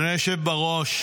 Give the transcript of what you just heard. אדוני היושב בראש,